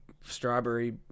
strawberry